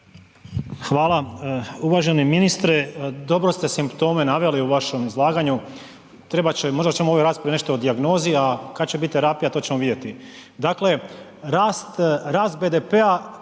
Hvala. Uvaženi ministre, dobro ste simptome naveli u vašem izlaganju, trebat će, možda ćemo u ovoj raspravi nešto o dijagnozi, a kad će bit terapija to ćemo vidjeti.